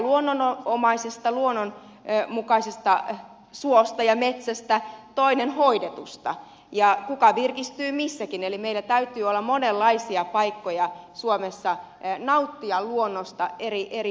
toinen tykkää luonnonomaisesta luonnonmukaisesta suosta ja metsästä toinen hoidetusta ja kuka virkistyy missäkin eli meillä täytyy olla monenlaisia paikkoja suomessa nauttia luonnosta eri muodoissa